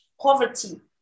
poverty